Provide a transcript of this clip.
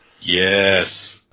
Yes